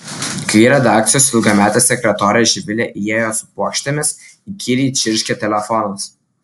kai redakcijos ilgametė sekretorė živilė įėjo su puokštėmis įkyriai čirškė telefonas